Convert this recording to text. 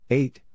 eight